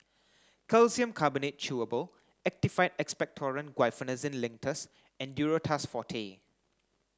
Calcium Carbonate Chewable Actified Expectorant Guaiphenesin Linctus and Duro Tuss Forte